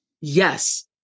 Yes